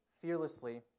fearlessly